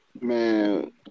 Man